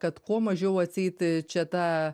kad kuo mažiau atseit čia ta